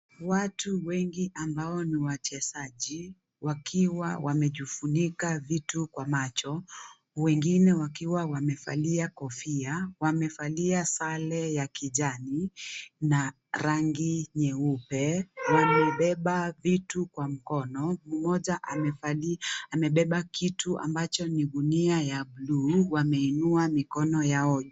Watu wengi ambao ni wachezaji wakiwa wamejifunika vitu kwa macho, wengine wakiwa wamevalia kofia. Wamevalia sare ya kijani na rangi nyeupe. Wamebeba vitu kwa mkono, mmoja amebeba kitu ambacho ni gunia ya bluu. Wameinua mikono yao juu.